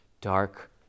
dark